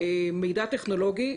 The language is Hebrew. מידע טכנולוגי,